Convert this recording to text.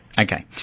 Okay